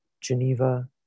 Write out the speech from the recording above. Geneva